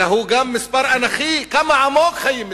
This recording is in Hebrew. אלא הוא גם מספר אנכי, כמה עמוק חיים מתחתיו,